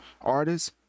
artists